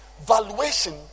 valuation